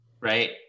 right